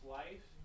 life